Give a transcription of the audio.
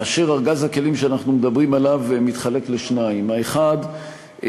ארגז הכלים שאנחנו מדברים עליו מתחלק לשניים: האחד,